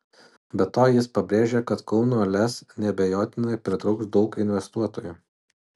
be to jis pabrėžė kad kauno lez neabejotinai pritrauks daug investuotojų